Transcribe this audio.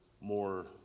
more